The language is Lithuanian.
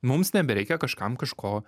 mums nebereikia kažkam kažko